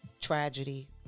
tragedy